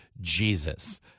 Jesus